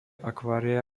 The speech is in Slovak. akvária